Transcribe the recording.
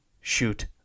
shoot